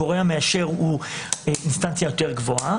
הגורם המאשר הוא אינסטנציה יותר גבוהה,